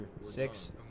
six